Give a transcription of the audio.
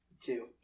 Two